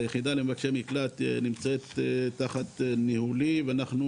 היחידה למבקשי מקלט נמצאת תחת ניהולי ואנחנו